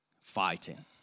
Fighting